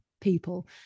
people